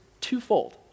twofold